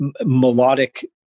melodic